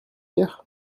hier